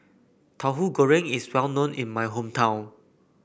Tahu Goreng is well known in my hometown